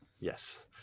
Yes